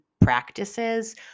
practices